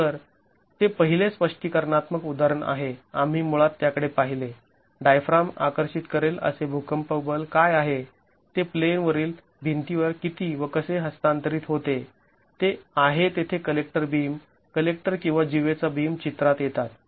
तर ते पहिले स्पष्टीकरणात्मक उदाहरण आहे आम्ही मुळात त्याकडे पाहिले डायफ्राम आकर्षित करेल असे भूकंप बल काय आहे ते प्लेनवरील भिंतीवर किती व कसे हस्तांतरित होते ते आहे तेथे कलेक्टर बीम कलेक्टर किंवा जीवेचा बीम चित्रात येतात